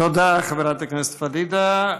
תודה, חברת הכנסת פדידה.